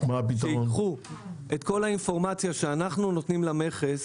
שייקחו את כל האינפורמציה שאנחנו נותנים למכס